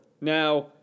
Now